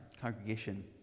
congregation